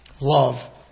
Love